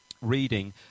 reading